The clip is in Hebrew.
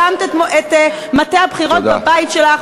הקמת את מטה הבחירות בבית שלך,